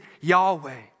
Yahweh